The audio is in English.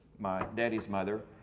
my daddy's mother,